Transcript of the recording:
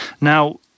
Now